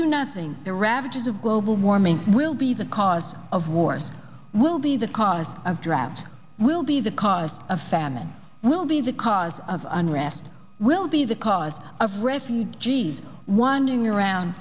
do nothing the ravages of global warming will be the cause of war will be the cause of drought will be the cause of famine will be the cause of unrest will be the cause of refugees wondering around